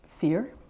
fear